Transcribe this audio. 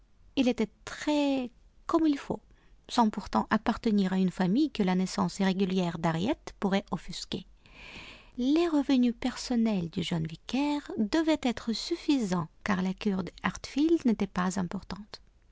il était très comme il faut sans pourtant appartenir à une famille que la naissance irrégulière d'harriet pourrait offusquer les revenus personnels du jeune vicaire devaient être suffisants car la cure de hartfield n'était pas importante